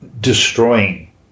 destroying